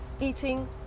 eating